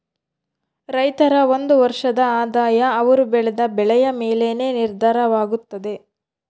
ರೈತರ ಒಂದು ವರ್ಷದ ಆದಾಯ ಅವರು ಬೆಳೆದ ಬೆಳೆಯ ಮೇಲೆನೇ ನಿರ್ಧಾರವಾಗುತ್ತದೆ